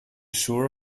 sure